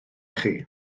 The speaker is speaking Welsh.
chi